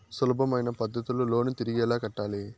సులభమైన పద్ధతిలో లోను తిరిగి ఎలా కట్టాలి